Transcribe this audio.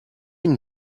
une